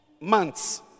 months